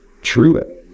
true